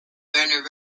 werner